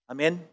Amen